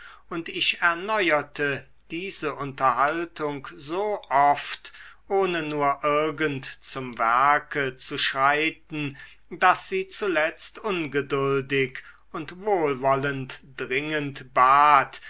und ich erneuerte diese unterhaltung so oft ohne nur irgend zum werke zu schreiten daß sie zuletzt ungeduldig und wohlwollend dringend bat